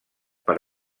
per